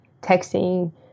texting